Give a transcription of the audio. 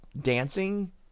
dancing